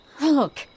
Look